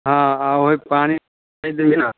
हाँ वही पानी नहीं देंगे ना